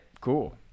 cool